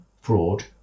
fraud